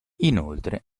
inoltre